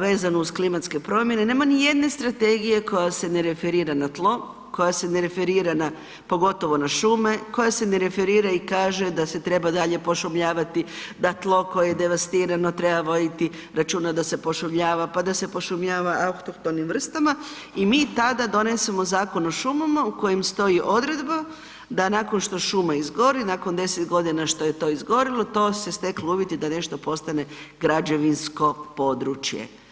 vezanu oz klimatske promjene, nema nijedna strategije koja se ne referira na tlo, koja se ne referira na pogotovo na šume, koja se ne referira i kaže da se treba dalje pošumljavati, da tlo koje je devastirano, treba voditi računa da se pošumljava pa da se pošumljava autohtonim vrstama i mi tada donesemo Zakon o šumama u kojem stoji odredba da nakon što šuma izgori, nakon 10 g. što je to izgorilo, to se steklo uvjeti da nešto postane građevinsko područje.